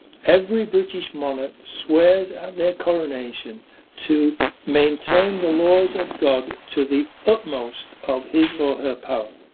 every british monarch swears at their coronation to maintain the laws of god to the utmost of his ah her power,